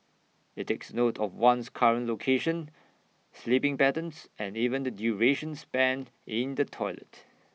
IT takes note of one's current location sleeping patterns and even the duration spent in the toilet